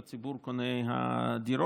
לציבור קוני הדירות.